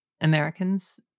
Americans